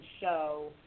show